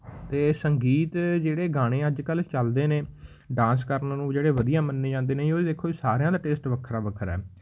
ਅਤੇ ਸੰਗੀਤ ਜਿਹੜੇ ਗਾਣੇ ਅੱਜ ਕੱਲ੍ਹ ਚੱਲਦੇ ਨੇ ਡਾਂਸ ਕਰਨ ਨੂੰ ਜਿਹੜੇ ਵਧੀਆ ਮੰਨੇ ਜਾਂਦੇ ਨੇ ਜੀ ਉਹ ਦੇਖੋ ਸਾਰਿਆਂ ਦਾ ਟੇਸਟ ਵੱਖਰਾ ਵੱਖਰਾ ਹੈ